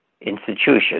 institution